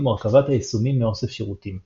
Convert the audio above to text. הוא הרכבת היישומים מאוסף שירותים.